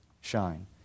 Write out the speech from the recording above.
shine